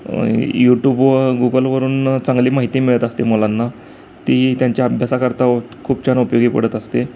YouTube व गुगलवरून चांगली माहिती मिळत असते मुलांना ती त्यांच्या अभ्यासाकरता खूप छान उपयोगी पडत असते